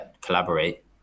collaborate